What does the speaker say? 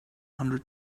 hundred